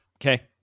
Okay